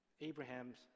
Abraham's